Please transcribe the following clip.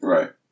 Right